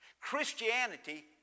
Christianity